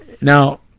Now